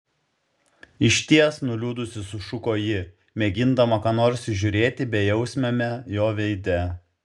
išties nuliūdusi sušuko ji mėgindama ką nors įžiūrėti bejausmiame jo veide